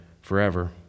forever